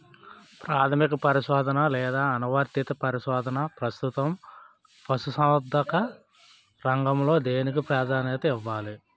ప్రాథమిక పరిశోధన లేదా అనువర్తిత పరిశోధన? ప్రస్తుతం పశుసంవర్ధక రంగంలో దేనికి ప్రాధాన్యత ఇవ్వాలి?